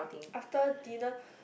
after dinner